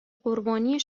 قربانی